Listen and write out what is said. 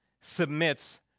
submits